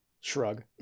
shrug